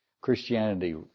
Christianity